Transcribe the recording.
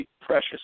precious